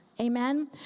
Amen